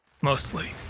Mostly